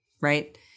right